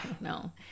no